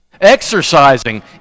Exercising